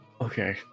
Okay